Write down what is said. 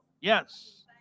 Yes